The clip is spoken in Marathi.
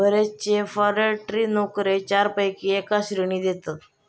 बरेचशे फॉरेस्ट्री नोकरे चारपैकी एका श्रेणीत येतत